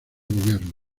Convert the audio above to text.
gobierno